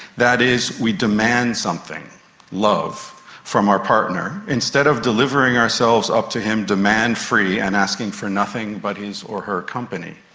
that is, we demand something from our partner instead of delivering ourselves up to him demand-free and asking for nothing but his or her company.